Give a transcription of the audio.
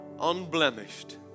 unblemished